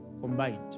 combined